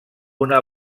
una